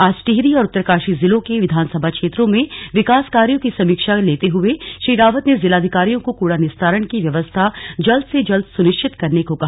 आज टिहरी और उत्तरकाशी जिलों के विधानसभा क्षेत्रों में विकास कार्यो की समीक्षा लेते हुए श्री रावत ने जिलाधिकारियों को कूड़ा निस्तारण की व्यवस्था जल्द से जल्द सुनिश्चित करने को कहा